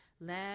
let